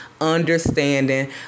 understanding